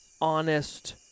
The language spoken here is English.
honest